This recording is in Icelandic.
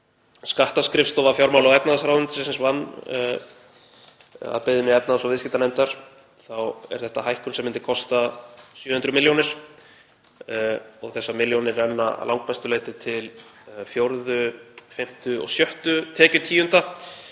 skattskrifstofa fjármála- og efnahagsráðuneytisins vann að beiðni efnahags- og viðskiptanefndar þá er þetta hækkun sem myndi kosta 700 milljónir og þessar milljónir renna að langmestu leyti til fjórðu, fimmtu og sjöttu tekjutíunda.